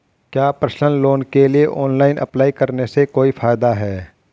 क्या personal loan के लिए ऑनलाइन अप्लाई करने से कोई फायदा है?